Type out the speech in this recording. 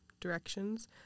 directions